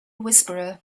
whisperer